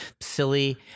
silly